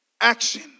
action